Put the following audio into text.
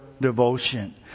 devotion